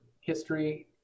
history